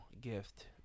gift